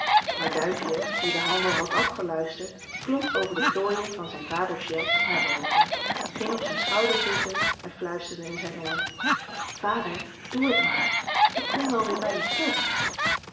maar duimpje die den handel had afgeluisterd klom over de plooien van zijn vader's jas naar boven ging op zijn schouder zitten en fluisterde in zijn oor vader doe het maar ik kom wel weêr bij je terug